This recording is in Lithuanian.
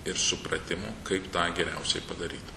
ir supratimo kaip tą geriausiai padaryti